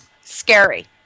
Scary